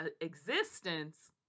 existence